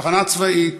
תחנה צבאית,